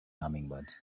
hummingbirds